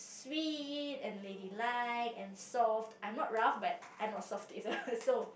sweet and lady like and soft I'm not rough but I'm not soft either so